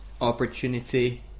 opportunity